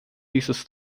dieses